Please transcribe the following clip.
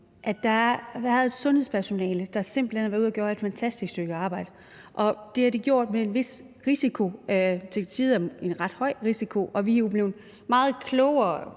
at der er et sundhedspersonale, der simpelt hen har været ude og gøre et fantastisk stykke arbejde, og det har de gjort med en vis risiko – til tider en ret høj risiko – og vi er jo blevet meget klogere